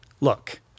Look